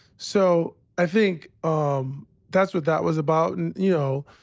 so i think um that's what that was about. and, you know,